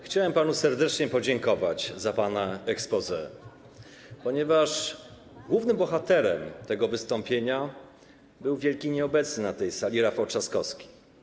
Chciałem panu serdecznie podziękować za pana exposé, ponieważ głównym bohaterem tego wystąpienia był wielki nieobecny na tej sali - Rafał Trzaskowski.